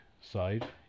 side